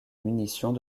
munitions